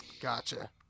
Gotcha